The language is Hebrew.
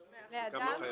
לאדם?